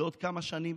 בעוד כמה שנים?